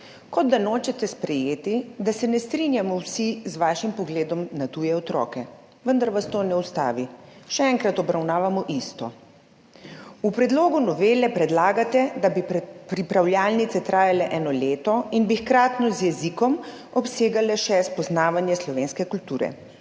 Kot da nočete sprejeti, da se ne strinjamo vsi z vašim pogledom na tuje otroke. Vendar vas to ne ustavi, še enkrat obravnavamo isto. V predlogu novele predlagate, da bi pripravljalnice trajale eno leto in bi hkratno z jezikom obsegale še spoznavanje slovenske kulture.